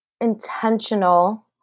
intentional